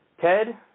Ted